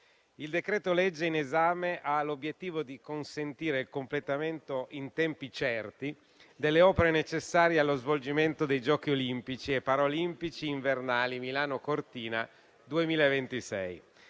il decreto-legge in esame ha l'obiettivo di consentire il completamento in tempi certi delle opere necessarie allo svolgimento dei Giochi olimpici e paralimpici invernali Milano-Cortina 2026;